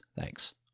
Thanks